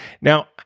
now